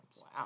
Wow